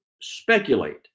speculate